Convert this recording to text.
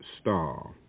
Star